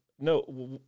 no